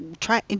try